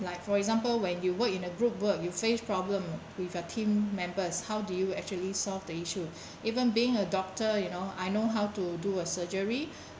unlike for example when you work in a group work you face problem you've got team members how do you actually solve the issue even being a doctor you know I know how to do a surgery